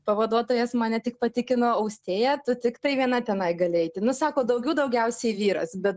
pavaduotojas mane tik patikino austėja tu tiktai viena tenai gali eiti nu sako daugių daugiausiai vyras bet